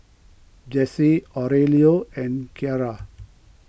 Jessy Aurelio and Keara